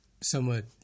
somewhat